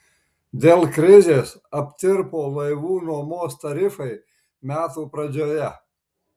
dėl krizės aptirpo laivų nuomos tarifai metų pradžioje